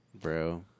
Bro